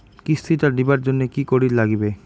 কিস্তি টা দিবার জন্যে কি করির লাগিবে?